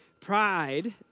pride